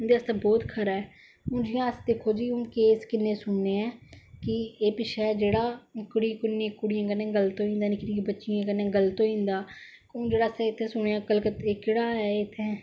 उंदे आस्ते बहुत खरा ऐ हून जियां दिक्खो जीैअस केस किन्ने सुनने हां हून जियां पिच्छे जेही उन्नी कुडि़ये कन्ने गल्त होई जंदा निक्की निक्की बच्चियें कन्ने गल्त होई जंदा हून जेहड़ा आसे इत्थै सुनेआ कलकत्ते